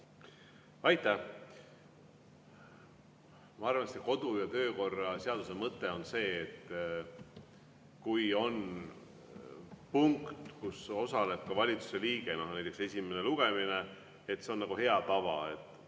Aitäh! Ma arvan, et kodu‑ ja töökorra seaduse mõte on see, et kui on punkt, mille [käsitlemisel] osaleb ka valitsuse liige, on näiteks esimene lugemine, siis see on nagu hea tava.